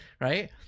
right